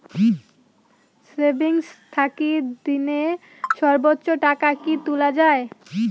Savings থাকি দিনে সর্বোচ্চ টাকা কি তুলা য়ায়?